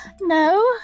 No